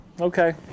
Okay